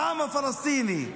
העם הפלסטיני.